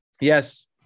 Yes